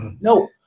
No